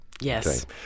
Yes